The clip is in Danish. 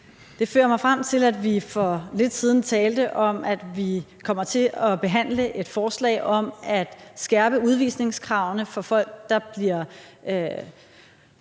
Det fører mig frem til, at vi for lidt siden talte om, at vi kommer til at behandle et forslag om at skærpe udvisningskravene for folk, der udsætter